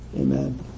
Amen